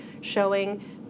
showing